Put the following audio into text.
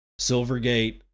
Silvergate